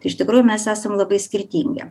iš tikrųjų mes esam labai skirtingi